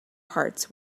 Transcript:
parts